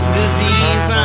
disease